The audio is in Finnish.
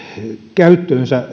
käyttöönsä